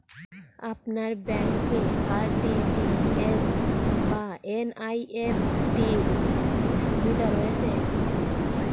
আপনার ব্যাংকে আর.টি.জি.এস বা এন.ই.এফ.টি র সুবিধা রয়েছে?